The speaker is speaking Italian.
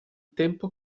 tempo